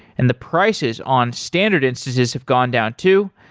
and the prices on standard instances have gone down too.